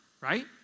right